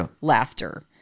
laughter